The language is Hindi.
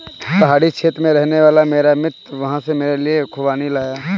पहाड़ी क्षेत्र में रहने वाला मेरा मित्र वहां से मेरे लिए खूबानी लाया